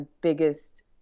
biggest